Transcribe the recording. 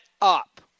up